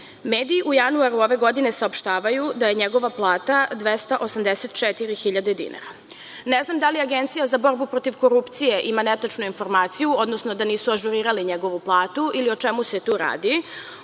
Mediji u januaru ove godine saopštavaju da je njegova plata 284.000 dinara. Ne znam da li Agencija za borbu protiv korupcije ima netačnu informaciju, odnosno da nisu ažurirali njegovu platu i o čemu se tu radi.